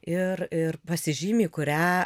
ir ir pasižymi į kurią